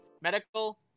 Medical